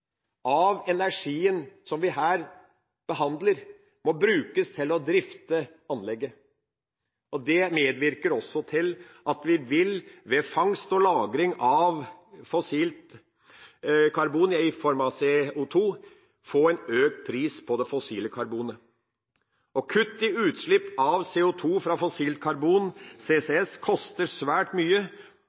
den energien som vi her behandler, må brukes til å drifte anlegget. Det medvirker også til at vi ved fangst og lagring av fossilt karbon i form av CO2 vil få en økt pris på det fossile karbonet. Og kutt i utslipp av CO2 fra fossilt karbon, CCS, koster svært mye